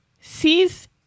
sees